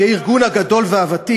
שהיא הארגון הגדול והוותיק,